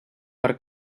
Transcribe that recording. per